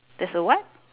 there's a what